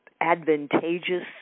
advantageous